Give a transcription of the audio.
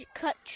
cut